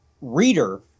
reader